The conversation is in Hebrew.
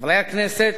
חברי הכנסת,